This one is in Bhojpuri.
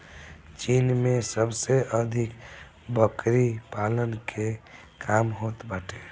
चीन में सबसे अधिक बकरी पालन के काम होत बाटे